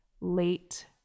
late